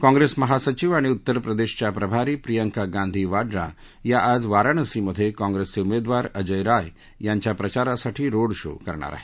काँप्रेस महासचिव आणि उत्तर प्रदेशच्या प्रभारी प्रियंका गाधी वाड्रा या आज वाराणसी मधे काँप्रेसचे उमेदवार अजय राय यांच्या प्रचारासाठी रोड शो करणार आहेत